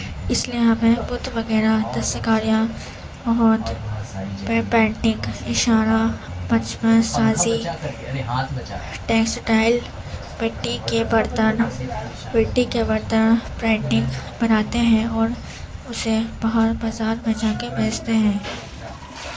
اس لیے ہمیں بت وغیرہ دستکاریاں بہت اشارہ مجسمہ سازی ٹیکسٹائل مٹی کے برتن مٹی کے برتن پینٹنگ بناتے ہیں اور اسے باہر بازار میں جا کے بیچتے ہیں